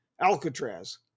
Alcatraz